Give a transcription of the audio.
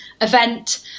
event